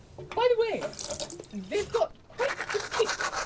by the way they've got quite the kick!